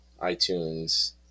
iTunes